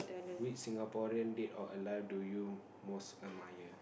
which Singaporean dead or alive do you most admire